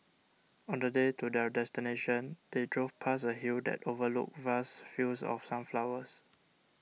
on the day to their destination they drove past a hill that overlooked vast fields of sunflowers